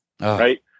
Right